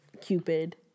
Cupid